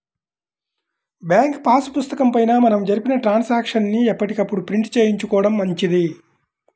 bank pass పుస్తకం పైన మనం జరిపిన ట్రాన్సాక్షన్స్ ని ఎప్పటికప్పుడు ప్రింట్ చేయించుకోడం మంచిది